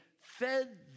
fed